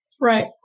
Right